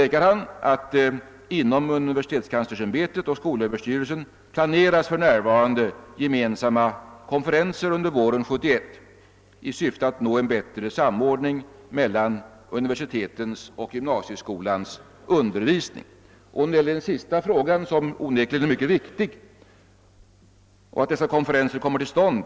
Inom universitetskanslersämbetet och skolöverstyrelsen planeras för närvarande gemensamma konferenser under våren 1971 i syfte att nå en bättre samordning mellan universitetens och gymnasieskolans undervisning.» Vad beträffar den sistnämnda frågan är det onekligen mycket viktigt att dessa konferenser kommer till stånd.